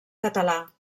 català